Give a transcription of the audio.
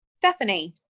Stephanie